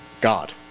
God